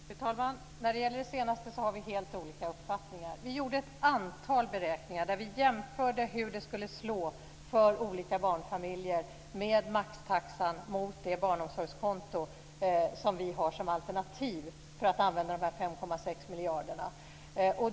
Fru talman! När det gäller det senaste har vi helt olika uppfattningar. Vi gjorde ett antal beräkningar där vi jämförde hur det skulle slå för olika barnfamiljer med maxtaxan jämfört med det barnomsorgskonto som vi har som alternativ för att använda de här 5,6 miljarderna.